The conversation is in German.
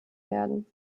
werden